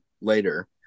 later